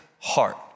heart